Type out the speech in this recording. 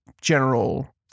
general